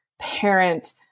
parent